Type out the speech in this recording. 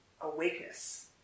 awakeness